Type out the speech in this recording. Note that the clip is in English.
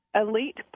Elite